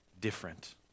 different